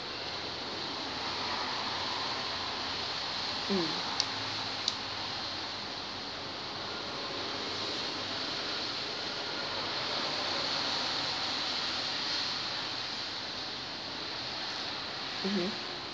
mm mmhmm